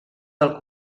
del